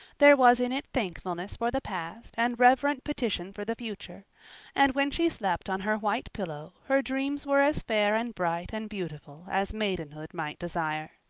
there was in it thankfulness for the past and reverent petition for the future and when she slept on her white pillow her dreams were as fair and bright and beautiful as maidenhood might desire.